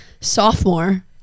sophomore